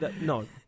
no